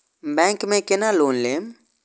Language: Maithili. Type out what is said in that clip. बैंक में केना लोन लेम?